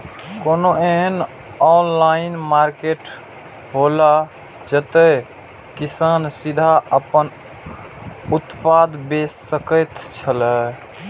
कोनो एहन online market हौला जते किसान सीधे आपन उत्पाद बेच सकेत छला?